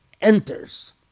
enters